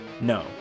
No